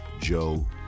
Joe